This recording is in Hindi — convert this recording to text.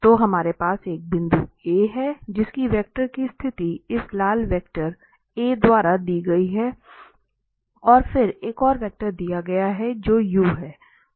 तो हमारे पास एक बिंदु A है जिसकी वेक्टर की स्थिति इस लाल वेक्टर a द्वारा दी गई है और फिर एक और वेक्टर दिया गया है जो u है